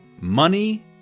Money